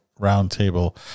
Roundtable